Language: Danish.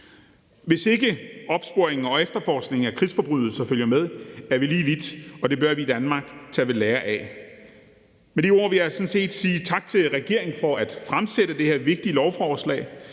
Hvis ikke opsporingen og efterforskningen af krigsforbrydelser følger med, er vi lige vidt, og det bør vi i Danmark tage ved lære af. Med de ord vil jeg sådan set sige tak til regeringen for at fremsætte det her vigtige lovforslag.